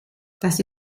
das